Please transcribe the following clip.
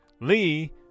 Lee